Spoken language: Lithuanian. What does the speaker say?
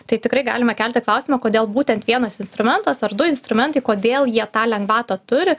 tai tikrai galima kelti klausimą kodėl būtent vienas instrumentas ar du instrumentai kodėl jie tą lengvatą turi